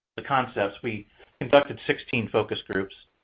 the concepts. we conducted sixteen focus groups.